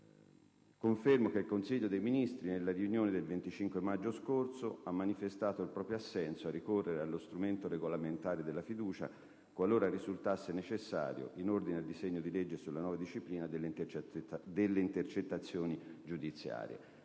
«Confermo che il Consiglio dei ministri, nella riunione del 25 maggio scorso, ha manifestato il proprio assenso a ricorrere allo strumento regolamentare della fiducia, qualora risultasse necessario, in ordine al disegno di legge sulla nuova disciplina delle intercettazioni giudiziarie».